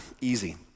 easy